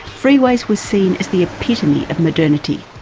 freeways were seen as the epitome of modernity,